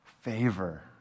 favor